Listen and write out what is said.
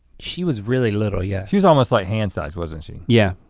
she was really little, yeah. she was almost like hand-sized, wasn't she? yeah.